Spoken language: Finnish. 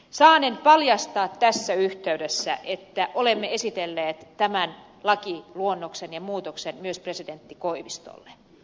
saanen paljastaa tässä yhteydessä että olemme esitelleet tämän lakiluonnoksen ja muutoksen myös presidentti koivistolle